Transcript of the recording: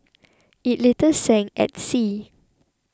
it later sank at sea